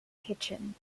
kitchen